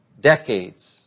decades